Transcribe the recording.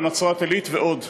בנצרת-עילית ועוד.